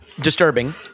disturbing